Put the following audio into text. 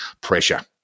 pressure